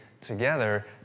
together